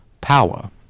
power